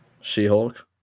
She-Hulk